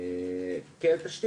כאל תשית